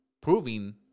proving